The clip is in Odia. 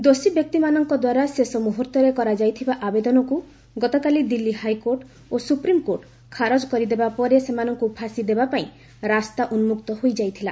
ଦୋଷୀବ୍ୟକ୍ତିମାନଙ୍କ ଦ୍ୱାରା ଶେଷ ମୁହ୍ରର୍ତ୍ତରେ କରାଯାଇଥିବା ଆବେଦନକୁ ଗତକାଲି ଦିଲ୍ଲୀ ହାଇକୋର୍ଟ ଓ ସୁପ୍ରିମ୍କୋର୍ଟ ଖାରଜ କରିଦେବା ପରେ ସେମାନଙ୍କୁ ଫାଶୀ ଦେବାପାଇଁ ରାସ୍ତା ଉନ୍ନକ୍ତ ହୋଇଯାଇଥିଲା